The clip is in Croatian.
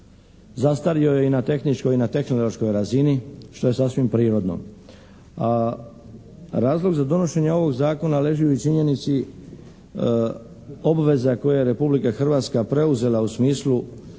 zastario je i na tehničkoj i na tehnološkoj razini što je sasvim prirodno. A razlog za donošenje ovog zakona leži u činjenici obveza koje je Republika Hrvatska preuzela u smislu